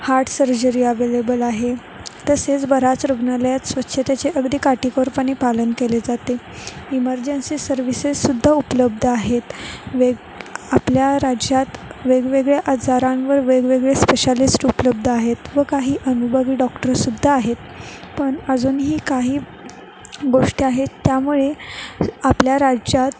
heart surgery available आहे तसेच बऱ्याच रुग्णालयात स्वच्छतेचे अगदी काटेकोरपणे पालन केले जाते इमर्जन्सी सर्व्हिसेससुद्धा उपलब्ध आहेत वेग आपल्या राज्यात वेगवेगळ्या आजारांवर वेगवेगळे स्पेशालिस्ट उपलब्ध आहेत व काही अनुभवी डॉक्टरसुद्धा आहेत पण अजूनही काही गोष्टी आहेत त्यामुळे आपल्या राज्यात